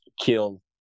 kill